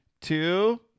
two